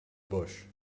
bush